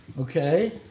Okay